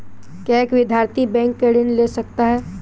क्या एक विद्यार्थी बैंक से ऋण ले सकता है?